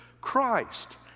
Christ